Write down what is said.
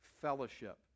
fellowship